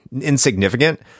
insignificant